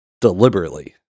deliberately